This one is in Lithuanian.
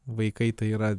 vaikai tai yra